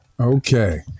Okay